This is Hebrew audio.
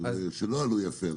שלא עלו יפה.